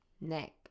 Neck